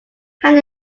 hand